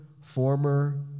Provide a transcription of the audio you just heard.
former